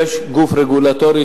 יש גוף רגולטורי,